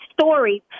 stories